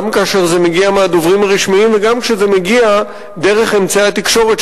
גם כאשר זה מגיע מהדוברים הרשמיים וגם כשזה מגיע דרך אמצעי התקשורת,